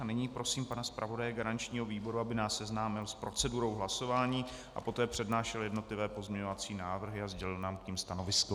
Nyní prosím pana zpravodaje garančního výboru, aby nás seznámil s procedurou hlasování a poté přednášel jednotlivé pozměňovací návrhy a sdělil nám k nim stanovisko.